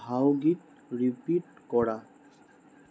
ভাওগীত repeat কৰা